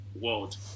World